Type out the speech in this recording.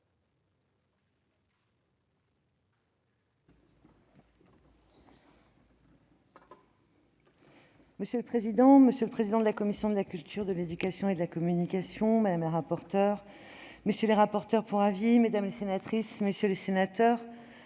Monsieur le président, monsieur le président de la commission de la culture, de l'éducation et de la communication, madame la rapporteure, messieurs les rapporteurs pour avis, mesdames, messieurs les sénateurs,